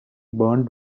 burnt